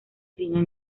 cine